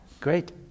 Great